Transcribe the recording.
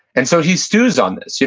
and so he stews on this. yeah